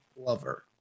lover